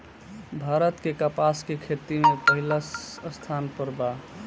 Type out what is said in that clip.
भारत के कपास के खेती में पहिला स्थान पर बा